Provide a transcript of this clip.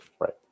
right